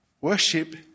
worship